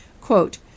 Quote